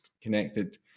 connected